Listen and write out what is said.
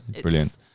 Brilliant